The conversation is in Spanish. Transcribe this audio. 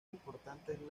importantes